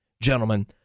gentlemen